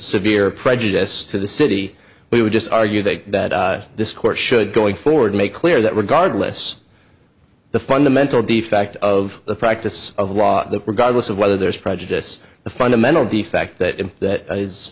severe prejudice to the city we would just argue that that this court should going forward make clear that regardless the fundamental the fact of the practice of law regardless of whether there is prejudice the fundamental defect that that is